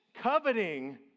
Coveting